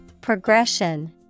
Progression